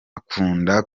akunda